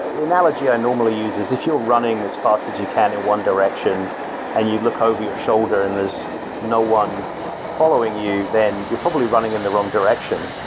the analogy i normally use is if you're running as fast as you can in one direction and you look over your shoulder and there's no one following you, then you're probably running in the wrong direction.